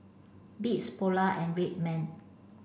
beats Polar and Red Man